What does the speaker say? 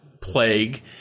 plague